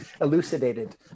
elucidated